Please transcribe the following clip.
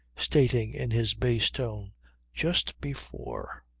stating in his bass tone just before,